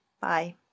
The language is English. bye